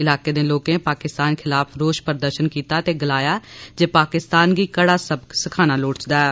इलाके दे लाके पाकिस्तान खलाफ रोष प्रदर्शन कीता ते गलाया जे पाकिस्तान गी कड़ा सबक सखाना लोड़चदा ऐ